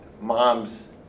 mom's